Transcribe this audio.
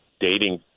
dating